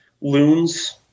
Loons